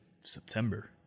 September